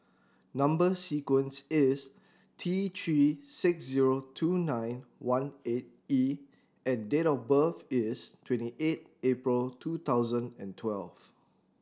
number sequence is T Three six zero two nine one eight E and date of birth is twenty eight April two thousand and twelve